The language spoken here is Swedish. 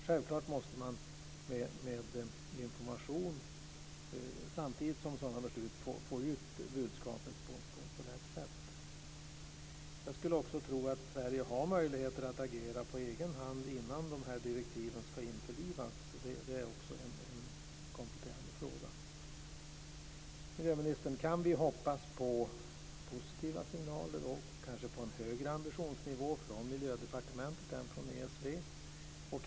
Självfallet måste man samtidigt som sådana beslut genomförs få ut budskapet på rätt sätt med information. Jag skulle också tro att Sverige har möjlighet att agera på egen hand innan direktiven ska införlivas. Min kompletterande fråga är om det stämmer. Miljöministern, kan vi hoppas på positiva signaler och kanske en högre ambitionsnivå från Miljödepartementet än från ESV?